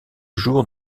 jour